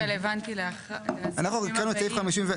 אולי זה רלוונטי לסעיפים הבאים.